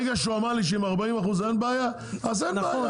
ברגע שהוא אמר לי שעם 40% אין בעיה, אז אין בעיה.